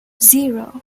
zero